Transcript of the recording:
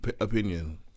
opinion